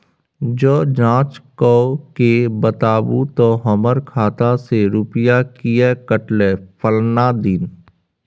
ज जॉंच कअ के बताबू त हमर खाता से रुपिया किये कटले फलना दिन?